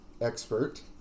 expert